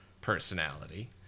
personality